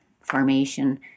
formation